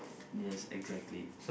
yes exactly